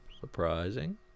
Surprising